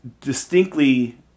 Distinctly